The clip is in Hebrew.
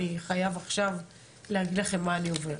אני חייב עכשיו להגיד לכם מה אני עובר.